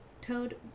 Toad